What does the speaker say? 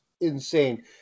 insane